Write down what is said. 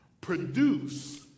produce